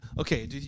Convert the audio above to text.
Okay